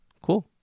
cool